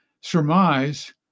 surmise